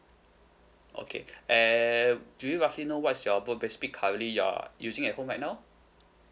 okay and do you roughly know what is your broadband speed currently you are using at home right now